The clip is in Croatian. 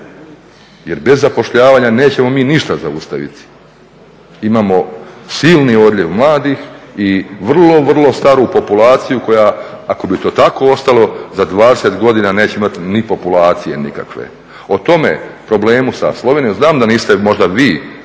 Jer bez zapošljavanja nećemo mi ništa zaustaviti. Imamo silni odljev mladih i vrlo, vrlo staru populaciju koja ako bi to tako ostalo za 20 godina neće imati ni populacije nikakve. O tome problemu sa Slovenijom znam da niste možda vi